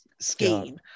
scheme